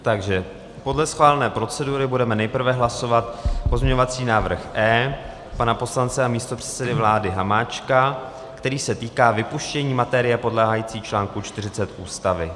Takže podle schválené procedury budeme nejprve hlasovat pozměňovací návrh E pana poslance a místopředsedy vlády Hamáčka, který se týká vypuštění materie podléhající článku 40 Ústavy.